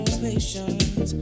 patience